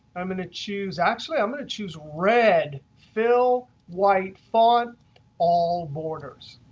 i'm going to choose actually, i'm going to choose red, fill white font all borders.